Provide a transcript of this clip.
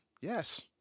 Yes